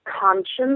conscience